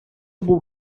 був